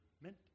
meant